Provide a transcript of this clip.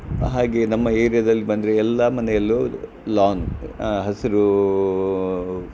ಹಾಗೆ ನಮ್ಮ ಏರಿಯಾದಲ್ಲಿ ಬಂದರೆ ಎಲ್ಲ ಮನೆಯಲ್ಲೂ ಲಾಂಗ್ ಹಸಿರು